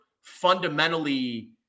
fundamentally